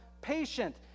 patient